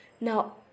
Now